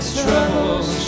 troubles